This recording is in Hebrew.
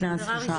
קנס ראשון.